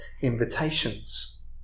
invitations